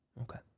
Okay